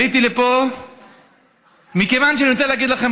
עליתי לפה מכיוון שאני רוצה להגיד לכם,